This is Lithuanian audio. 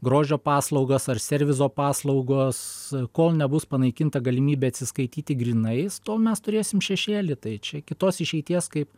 grožio paslaugas ar serviso paslaugos kol nebus panaikinta galimybė atsiskaityti grynais tol mes turėsim šešėlį tai čia kitos išeities kaip